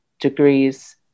degrees